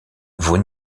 vous